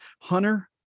Hunter